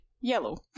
yellow